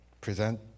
present